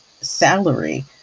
salary